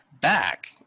back